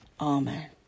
Amen